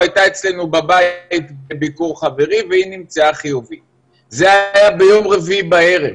היה ביום רביעי בערב.